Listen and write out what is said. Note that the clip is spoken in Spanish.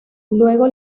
luego